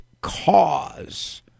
cause